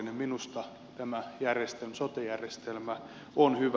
minusta tämä sote järjestelmä on hyvä